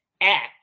act